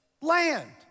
land